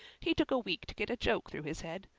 he took a week to get a joke through his head,